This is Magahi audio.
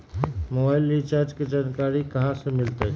मोबाइल रिचार्ज के जानकारी कहा से मिलतै?